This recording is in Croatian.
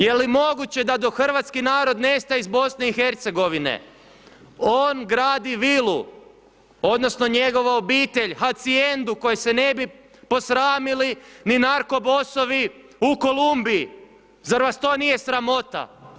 Je li moguće da dok hrvatski narod nestaje iz Bosne i Hercegovine, on gradi vilu odnosno njegova obitelj, hacijendu koju se ne bi posramili ni narkobosovi u Kolumbiji, zar vas to nije sramota?